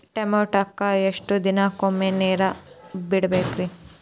ಟಮೋಟಾಕ ಎಷ್ಟು ದಿನಕ್ಕೊಮ್ಮೆ ನೇರ ಬಿಡಬೇಕ್ರೇ?